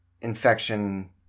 infection